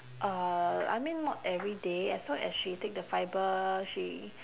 uh I mean not everyday as long as she take the fibre she